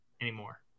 anymore